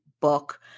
book